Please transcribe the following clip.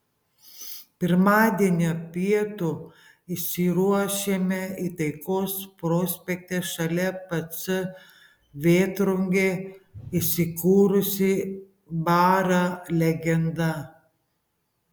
pirmadienio pietų išsiruošėme į taikos prospekte šalia pc vėtrungė įsikūrusį barą legenda